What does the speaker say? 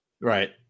Right